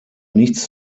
nichts